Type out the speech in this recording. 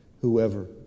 whoever